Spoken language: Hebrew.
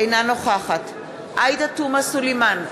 אינה נוכחת עאידה תומא סלימאן,